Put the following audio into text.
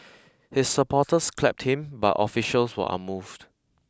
his supporters clapped him but officials were unmoved